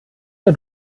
der